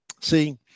See